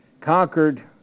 conquered